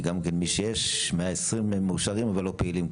יש כ-400 מאושרים, אבל לא כולם פעילים.